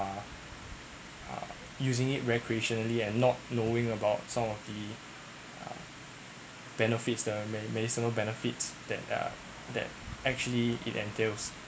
are using it recreationally and not knowing about some of the uh benefits the medicinal benefits that uh that actually it entails